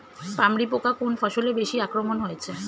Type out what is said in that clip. পামরি পোকা কোন ফসলে বেশি আক্রমণ হয়েছে?